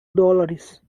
dólares